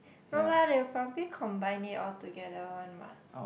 no lah they'll probably combine it altogether one what